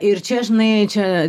ir čia žinai čia